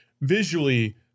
visually